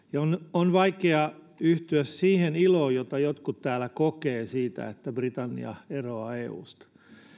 on vaikeaa yhtyä siihen iloon jota jotkut täällä kokevat siitä että britannia eroaa eusta